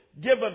given